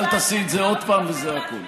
אל תעשי את זה עוד פעם וזה הכול.